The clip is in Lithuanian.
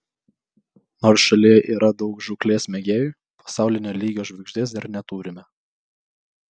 nors šalyje yra daug žūklės mėgėjų pasaulinio lygio žvaigždės dar neturime